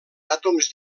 àtoms